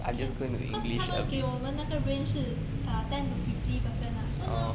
okay can cause 他们给我们那个 range 是 ten to fifteen percent lah so now